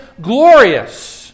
glorious